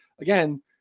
again